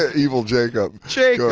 ah evil jacob. jacob!